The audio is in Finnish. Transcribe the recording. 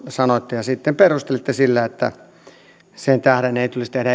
sanoitte ja sitten perustelitte sitä sillä että sen tähden ei tulisi tehdä